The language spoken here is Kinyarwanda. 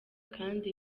kandi